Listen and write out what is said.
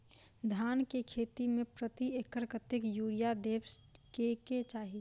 धान केँ खेती मे प्रति एकड़ कतेक यूरिया देब केँ चाहि?